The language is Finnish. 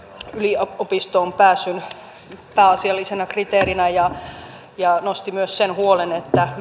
yliopistoon pääsyn pääasiallisena kriteerinä ja nosti myös sen huolen